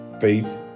Faith